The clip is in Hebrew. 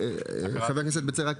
במהלך